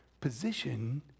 position